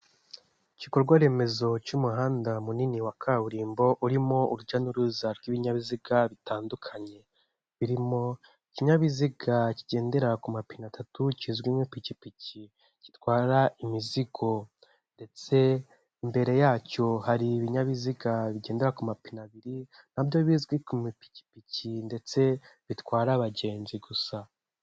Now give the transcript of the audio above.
Igikorwa remezo cy'umuhanda munini wa kaburimbo urimo urujya n'uruza rw'ibinyabiziga bitandukanye, biririmo ikinyabiziga kigendera ku mapine atatu, kizwi nk'ipikipiki gitwara imizigo ndetse mbere yacyo hari ibinyabiziga bigendera ku mapine abiri, nabyo bizwi ku mapikipiki ndetse bitwara abagenzi gusa.